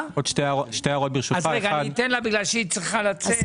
אז רגע, אני אתן לה, בגלל שהיא צריכה לצאת.